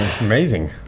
amazing